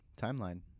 Timeline